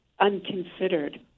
unconsidered